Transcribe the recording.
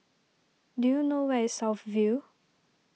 do you know where is South View